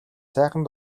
сайхан